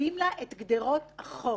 מציבים לה את גדרות החוק,